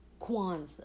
Kwanzaa